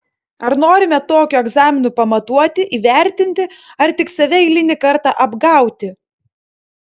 ar norime tokiu egzaminu pamatuoti įvertinti ar tik save eilinį kartą apgauti